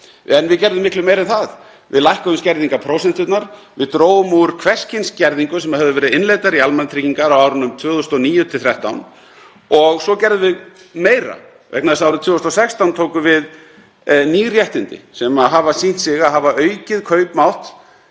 en við gerðum miklu meira en það. Við lækkuðum skerðingarprósenturnar. Við drógum úr hvers kyns skerðingum sem höfðu verið innleiddar í almannatryggingar á árunum 2009–2013 og svo gerðum við meira vegna þess að árið 2016 tóku við ný réttindi sem hafa sýnt sig að hafa aukið kaupmátt